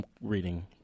reading